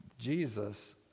Jesus